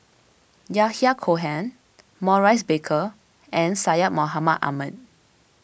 Yahya Cohen Maurice Baker and Syed Mohamed Ahmed